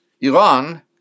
Iran